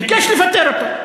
ביקש לפטר אותו.